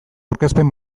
aurkezpen